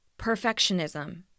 Perfectionism